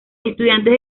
estudiantes